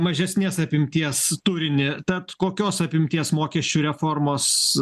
mažesnės apimties turinį tad kokios apimties mokesčių reformos